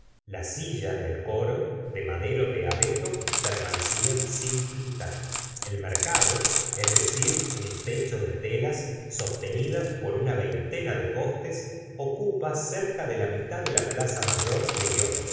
las sillas del coro de madero de abeto permanecían sin pintar el mercado es decir un techo de telas sostenidas por una veintena de postes ocupa cerca de la mitad de la plaza mayor de